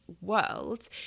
world